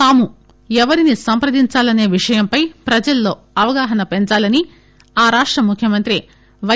తాము ఎవరిని సంప్రదించాలనే విషయంపై ప్రజల్లో అవగాహన పెంచాలని ఆ రాష్ట ముఖ్యమంత్రి వై